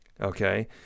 okay